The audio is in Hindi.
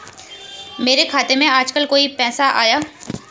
मेरे खाते में आजकल कोई पैसा आया?